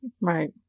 Right